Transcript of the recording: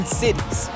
cities